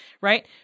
right